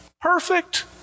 Perfect